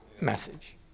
message